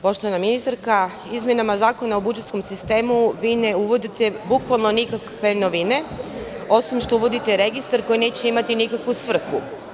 Poštovana ministarka, izmenama Zakona o budžetskom sistemu vi ne uvodite bukvalno nikakve novine, osim što uvodite registar koji neće imati nikakvu svrhu.